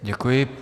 Děkuji.